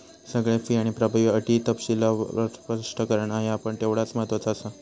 सगळे फी आणि प्रभावी अटी तपशीलवार स्पष्ट करणा ह्या पण तेवढाच महत्त्वाचा आसा